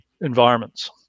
environments